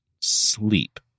sleep